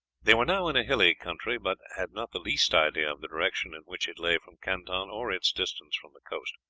they were now in a hilly country, but had not the least idea of the direction in which it lay from canton or its distance from the coast.